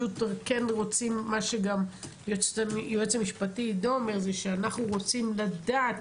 מה שגם היועץ המשפטי עידו אומר זה שאנחנו רוצים לדעת.